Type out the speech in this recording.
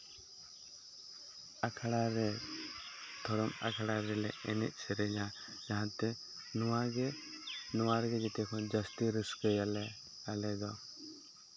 ᱟᱠᱷᱲᱟ ᱨᱮ ᱫᱷᱚᱨᱚᱢ ᱟᱠᱷᱲᱟ ᱨᱮᱞᱮ ᱮᱱᱮᱡ ᱥᱮᱨᱧᱟ ᱡᱟᱦᱟᱸ ᱛᱮ ᱱᱚᱣᱟ ᱨᱮ ᱱᱚᱣᱟᱜᱮ ᱡᱟᱹᱥᱛᱤ ᱨᱟᱹᱥᱠᱟᱹᱭᱟᱞᱮ ᱟᱞᱮ ᱫᱚ